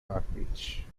garbage